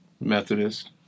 Methodist